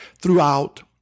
throughout